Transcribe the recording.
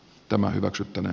tämä hyväksyttävä